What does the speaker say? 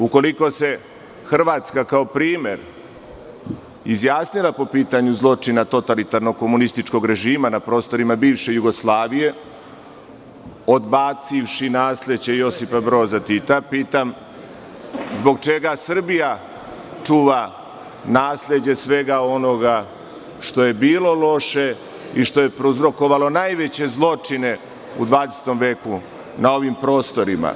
Ukoliko se Hrvatska, kao primer, izjasnila po pitanju zločina totalitarnog komunističkog režima na prostorima bivše Jugoslavije, odbacivši nasleđe Josipa Broza Tita, pitam - zbog čega Srbija čuva nasleđe svega onoga što je bilo loše i što je prouzrokovalo najveće zločine u 20. veku na ovim prostorima?